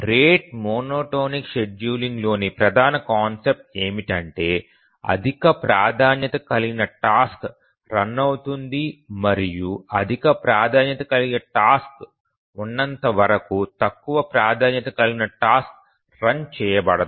rate monotonic షెడ్యూలింగ్లోని ప్రధాన concept ఏమిటంటే అధిక ప్రాధాన్యత కలిగిన టాస్క్ రన్ అవుతుంది మరియు అధిక ప్రాధాన్యత కలిగిన టాస్క్ ఉన్నంత వరకు తక్కువ ప్రాధాన్యత కలిగిన టాస్క్ రన్ చేయబడదు